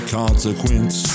consequence